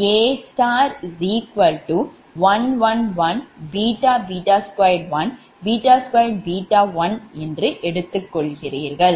𝐴∗1 1 1 2 1 2 1 1 1 1 2 1 2 1 நீங்கள் எடுத்துக்கொள்கிறீர்கள்